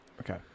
Okay